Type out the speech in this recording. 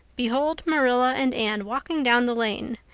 behold marilla and anne walking down the lane,